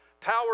Power